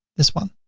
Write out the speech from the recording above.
this one.